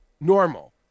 Normal